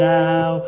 now